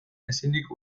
ezinik